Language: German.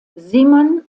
simon